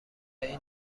این